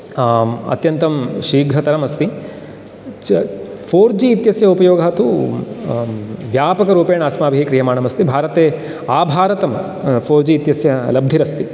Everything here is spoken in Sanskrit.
अत्यन्तं शीघ्रतरमस्ति फ़ोर् जि इत्यस्य उपयोगः तु व्यापकरूपेण अस्माभिः क्रियमाणम् अस्ति भारते आभारतं फ़ोर् जि इत्यस्य लब्धिरस्ति